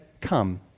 Come